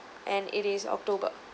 and it is october